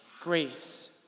grace